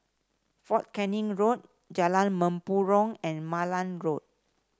Fort Canning Road Jalan Mempurong and Malan Road